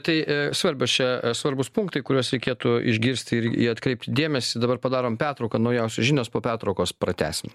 tai svarbios čia svarbūs punktai kuriuos reikėtų išgirsti ir atkreipti dėmesį dabar padarom pertrauką naujausios žinios po pertraukos pratęsim